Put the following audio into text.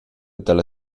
dalla